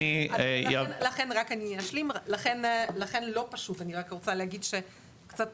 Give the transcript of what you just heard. אני רק אשלים, לכן לא פשוט ואפילו קצת